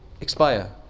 expire